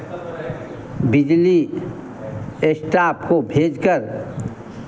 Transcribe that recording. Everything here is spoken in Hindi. बिजली स्टाफ़ को भेजकर